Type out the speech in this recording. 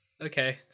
okay